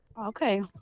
Okay